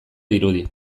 dirudi